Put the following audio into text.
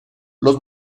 los